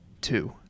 two